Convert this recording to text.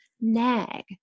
nag